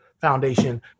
Foundation